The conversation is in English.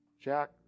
Jack